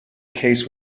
case